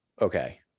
Okay